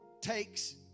takes